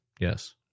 Yes